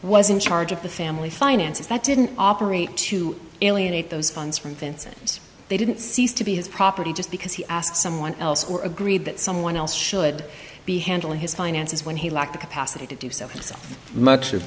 was in charge of the family finances that didn't operate to alienate those funds from vinson's they didn't cease to be his property just because he asked someone else or agreed that someone else should be handling his finances when he lacked the capacity to do so he so much of